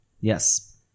Yes